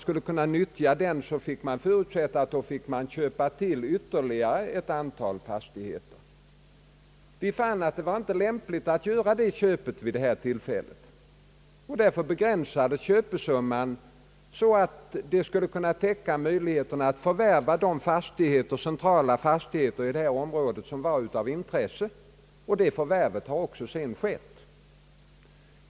För att kunna nyttja den fick man förutsätta köp av ytterligare ett antal fastigheter. Vi fann att det inte var lämpligt att göra ett sådant köp vid detta tillfälle. Därför begränsades köpesumman så, att den skulle kunna täcka möjligheterna att förvärva de centrala fastigheter i området, som var av intresse. Det förvärvet har sedan också skett.